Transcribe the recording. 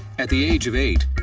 at the age of eight,